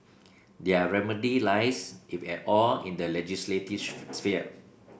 their remedy lies if at all in the legislative sphere